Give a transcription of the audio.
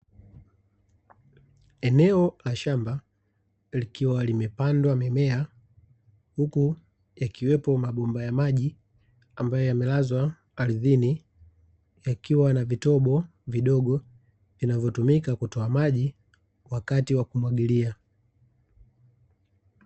Eneo la shamba likiwa limepandwa mimea, huku yakiwepo mabomba ya maji ambayo yamelazwa ardhini yakiwa na vitobo vidogo vinavyotumika kutoa maji wakati wa kumwagilia.